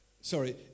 sorry